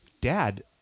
dad